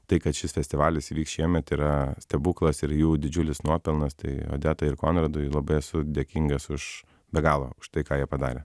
tai kad šis festivalis vyks šiemet yra stebuklas ir jų didžiulis nuopelnas tai odetai ir konradui labai esu dėkingas už be galo už tai ką jie padarė